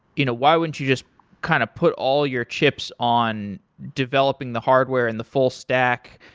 you know why wouldn't you just kind of put all your chips on developing the hardware and the full-stack?